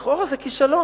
לכאורה זה כישלון.